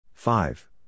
Five